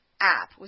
app